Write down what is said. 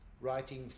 writing